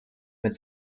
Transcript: mit